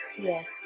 Yes